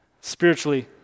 spiritually